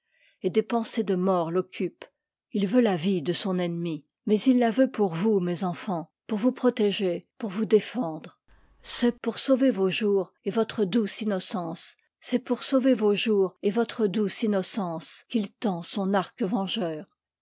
et des pensées de mort t'occupent veut la vie de son ennemi mais il la veut pour vous mes enfants pour vous protéger pour vous défendre c'est pour sauver vos jours et votre douce innocence qu'il tend son arc vengeur